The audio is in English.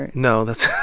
and no, that's.